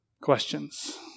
questions